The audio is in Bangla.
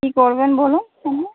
কী করবেন বলুন এখানে